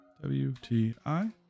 W-T-I